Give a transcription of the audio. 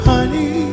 Honey